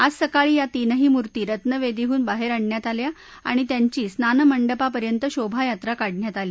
आज सकाळी या तीनही मूर्ती रत्नवेदीहून बाहेर आणण्यात आल्या आणि त्यांची स्नान मंडपापर्यंत शोभायात्रा काढण्यात आली